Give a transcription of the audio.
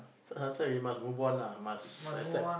sometimes we must move on lah must accept